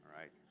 right